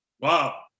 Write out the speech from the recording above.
Wow